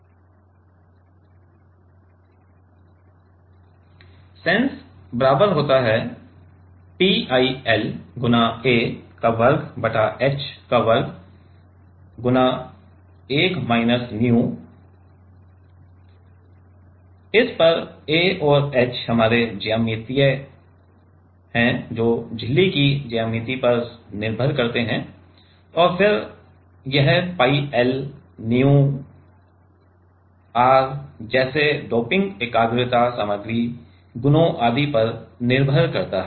sense बराबर होता है pi L गुना a वर्ग बटा h वर्ग 1 माइनस nu इस पर a और h हमारे ज्यामितीय है जो झिल्ली की ज्यामिति पर निर्भर करता है और फिर यह pi L nu r जैसे डोपिंग एकाग्रता सामग्री गुणों आदि पर निर्भर करता है